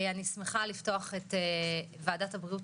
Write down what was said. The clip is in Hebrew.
אני מתכבדת לפתוח את ישיבת ועדת הבריאות.